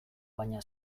baina